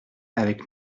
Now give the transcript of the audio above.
avec